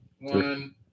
one